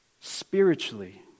spiritually